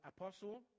apostle